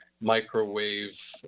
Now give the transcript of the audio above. microwave